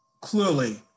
clearly